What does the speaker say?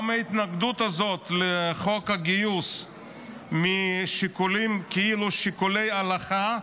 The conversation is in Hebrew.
גם ההתנגדות הזאת לחוק הגיוס משיקולים שהם כאילו שיקולי הלכה,